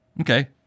Okay